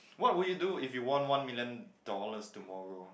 what would you do if you won one million dollars tomorrow